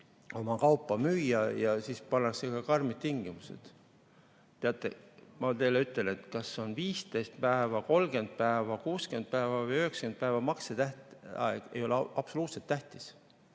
oma kaupa müüma ja siis pannakse ka karmid tingimused. Teate, ma ütlen, et kas see on 15 päeva, 30 päeva, 60 päeva või 90 päeva – maksetähtaeg ei ole absoluutselt tähtis.